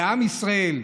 לעם ישראל,